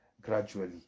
gradually